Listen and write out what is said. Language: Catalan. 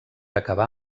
acabar